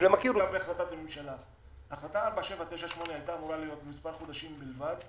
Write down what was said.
החלטה 4798 הייתה אמורה להיות מספר חודשים בלבד,